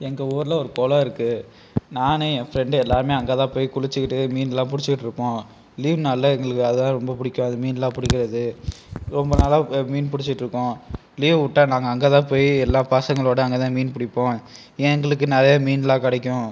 எங்கள் ஊரில் ஒரு குளோம் இருக்குது நானு என் ஃப்ரெண்டு எல்லோருமே அங்கே தான் போய் குளிச்சுகிட்டு மீனுலாம் பிடிச்சிட்ருப்போம் லீவ் நாளில் எங்களுக்கு அதான் ரொம்ப பிடிக்கும் அது மீனுலாம் பிடிக்கிறது ரொம்ப நாளாக மீன் பிடிச்சிட்ருக்கோம் லீவ் விட்டால் நாங்கள் அங்கே தான் போய் எல்லா பசங்களோடய அங்கே தான் மீன் பிடிப்போம் எங்களுக்கு நிறையா மீனுலாம் கிடைக்கும்